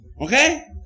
Okay